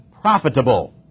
profitable